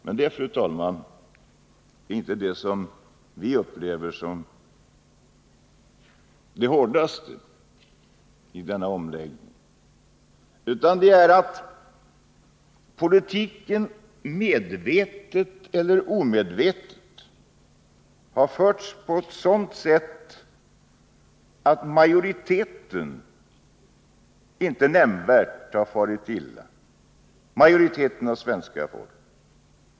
Men detta, fru talman, är inte det vi upplever som det hårdaste i denna omläggning, utan det är att politiken medvetet eller omedvetet har förts på ett sådant sätt att majoriteten av svenska folket inte nämnvärt har farit illa.